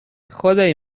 خدای